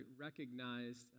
recognized